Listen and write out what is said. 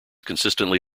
consistently